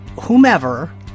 whomever